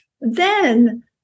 Then-